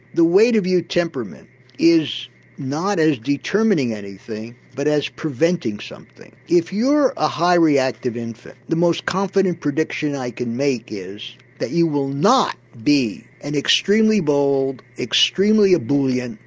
the way to view temperament is not as determining anything but as preventing something. if you're a high reactive infant, the most confident prediction i can make is that you will not be an extremely bold, extremely ebullient,